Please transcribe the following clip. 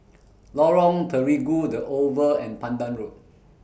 Lorong Terigu The Oval and Pandan Road